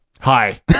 hi